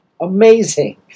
Amazing